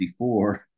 54